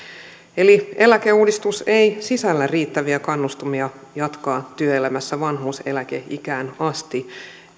eli eläkeuudistus ei sisällä riittäviä kannustimia jatkaa työelämässä vanhuuseläkeikään asti